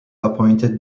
appointed